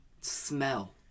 smell